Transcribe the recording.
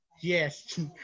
Yes